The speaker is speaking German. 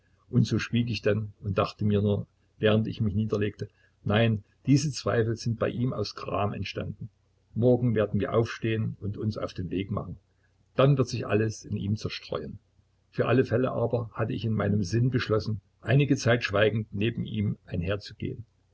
und so schwieg ich denn und dachte mir nur während ich mich niederlegte nein diese zweifel sind bei ihm aus gram entstanden morgen werden wir aufstehen und uns auf den weg machen dann wird sich alles in ihm zerstreuen für alle fälle aber hatte ich in meinem sinn beschlossen einige zeit schweigend neben ihm einherzugehen